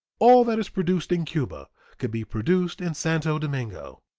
all that is produced in cuba could be produced in santo domingo.